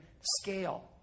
scale